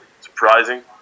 surprising